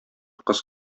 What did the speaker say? кыз